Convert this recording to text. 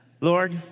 Lord